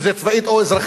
אם זה צבאית או אזרחית,